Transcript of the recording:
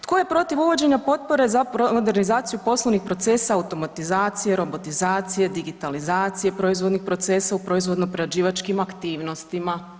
Tko je protiv uvođenja potpore za modernizaciju poslovnih procesa automatizacije, robotizacije, digitalizacije, proizvodnih procesa u proizvodno-prerađivačkim aktivnostima?